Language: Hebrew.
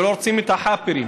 ולא רוצים את החאפרים.